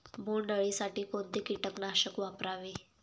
बोंडअळी साठी कोणते किटकनाशक वापरावे?